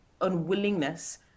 unwillingness